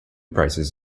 prices